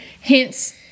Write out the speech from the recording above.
Hence